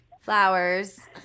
flowers